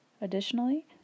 Additionally